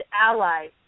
allies